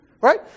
right